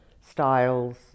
styles